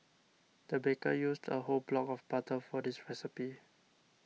the baker used a whole block of butter for this recipe